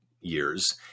years